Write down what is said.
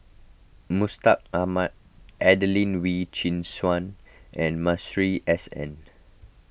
Mustaq Ahmad Adelene Wee Chin Suan and Masuri S N